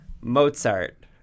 Mozart